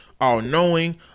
All-knowing